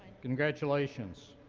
congratulations.